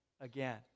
again